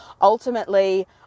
ultimately